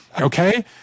Okay